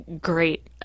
great